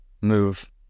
move